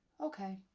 okay.